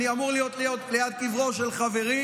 אני אמור להיות ליד קברו של חברי,